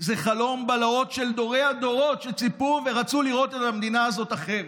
זה חלום בלהות של דורי-דורות שציפו ורצו לראות את המדינה הזאת אחרת.